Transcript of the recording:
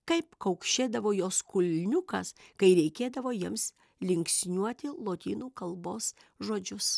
kaip kaukšėdavo jos kulniukas kai reikėdavo jiems linksniuoti lotynų kalbos žodžius